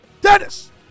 Dennis